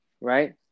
Right